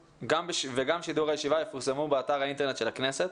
וגם שידור הישיבה יפורסמו באתר האינטרנט של הכנסת.